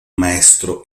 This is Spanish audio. maestro